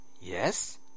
Yes